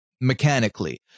mechanically